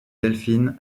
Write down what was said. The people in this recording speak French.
delphine